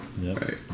Right